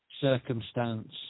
circumstance